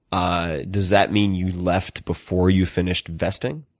ah does that mean you left before you finished vesting?